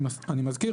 אני מזכיר,